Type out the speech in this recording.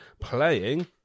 playing